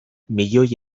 milioi